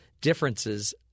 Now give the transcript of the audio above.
Differences